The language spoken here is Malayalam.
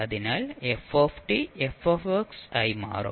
അതിനാൽ f f ആയി മാറും